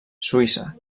suïssa